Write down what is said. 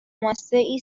ماسهای